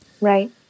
Right